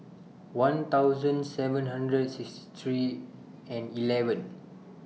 one thousand seven hundred and sixty three and eleven